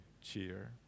cheer